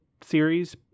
series